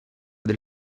del